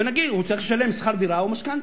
ונגיד הוא צריך לשלם שכר-דירה או משכנתה,